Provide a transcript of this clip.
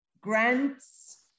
grants